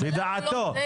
לדעתו.